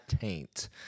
taint